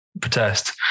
protest